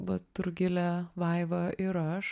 vat rugilė vaiva ir aš